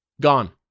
gone